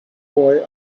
boy